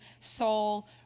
soul